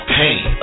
pain